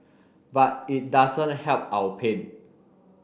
but it doesn't help our pain